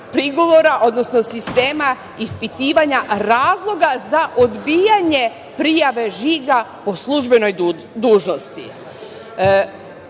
odnosno sistema ispitivanja razloga za odbijanje prijave žiga po službenoj dužnosti.